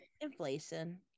inflation